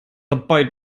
dabei